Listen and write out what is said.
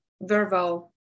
verbal